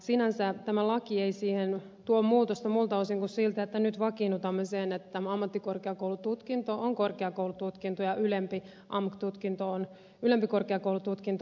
sinänsä tämä laki ei siihen tuo muutosta muilta osin kuin siltä että nyt vakiinnutamme sen että ammattikorkeakoulututkinto on korkeakoulututkinto ja ylempi korkeakoulututkinto